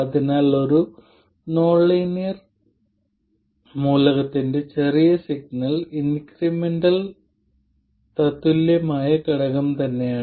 അതിനാൽ ഒരു ലീനിയർ മൂലകത്തിന്റെ ചെറിയ സിഗ്നൽ ഇൻക്രിമെന്റൽ തത്തുല്യമായ ഘടകം തന്നെയാണ്